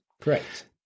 correct